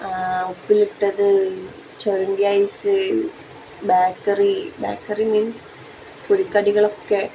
ഉപ്പിലിട്ടത് ചുരണ്ടി ice bakery bakery means പൊരിക്കടികളൊക്കെ